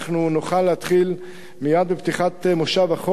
נוכל להתחיל מייד בפתיחת מושב החורף,